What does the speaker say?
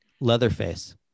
Leatherface